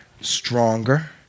stronger